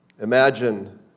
Imagine